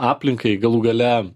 aplinkai galų gale